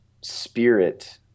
spirit